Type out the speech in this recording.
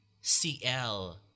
CL